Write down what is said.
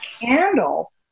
candle